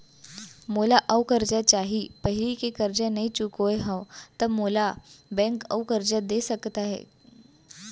मोला अऊ करजा चाही पहिली के करजा नई चुकोय हव त मोल ला बैंक अऊ करजा दे सकता हे?